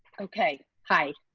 okay, hi.